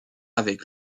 avec